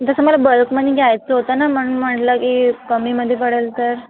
तसं मला बल्कमधी घ्यायचं होतं ना म्हणून म्हटलं की कमीमध्ये पडेल तर